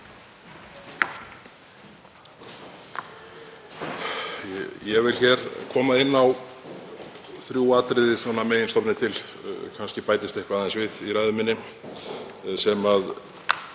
Ég vil koma inn á þrjú atriði svona að meginstofni til, kannski bætist eitthvað aðeins við í ræðu minni. Ég